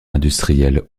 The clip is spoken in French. industriels